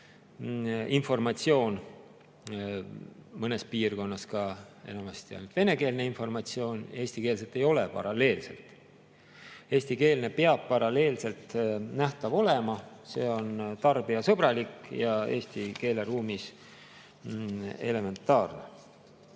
informatsioon, mõnes piirkonnas ka ainult venekeelne informatsioon, eestikeelset ei ole paralleelselt. Eestikeelne peab paralleelselt nähtav olema, see on tarbijasõbralik ja eesti keeleruumis elementaarne.